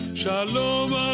shalom